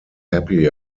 happy